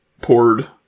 poured